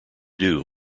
doo